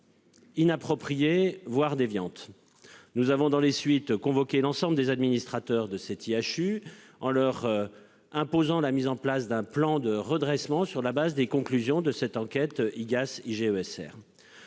Inappropriées voire déviantes. Nous avons dans les suites convoquer l'ensemble des administrateurs de cet IHU en leur. Imposant la mise en place d'un plan de redressement sur la base des conclusions de cette enquête IGAS GES